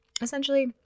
essentially